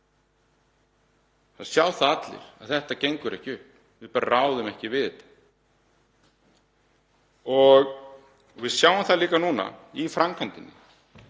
Það sjá allir að þetta gengur ekki upp, við ráðum ekki við þetta. Við sjáum það líka núna í framkvæmdinni